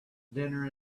dinner